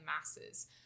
Masses